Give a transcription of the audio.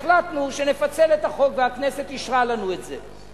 החלטנו שנפצל את החוק, והכנסת אישרה לנו את זה.